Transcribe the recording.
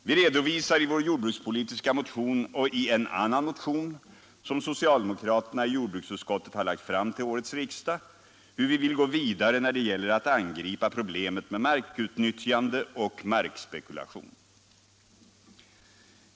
Vi redovisar i vår jordbrukspolitiska motion och i en annan motion, som vi socialdemokrater i jordbruksutskottet har lagt fram till årets riksdag, hur vi vill gå vidare när det gäller att angripa problemet med markutnyttjande och markspekulation.